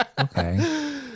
okay